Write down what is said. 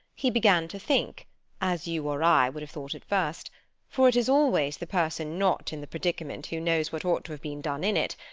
he began to think as you or i would have thought at first for it is always the person not in the predicament who knows what ought to have been done in it,